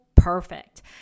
perfect